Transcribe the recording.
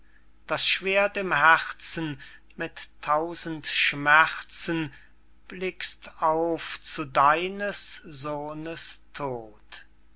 das schwert im herzen mit tausend schmerzen blickst auf zu deines sohnes tod